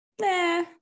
nah